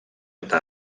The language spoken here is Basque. eta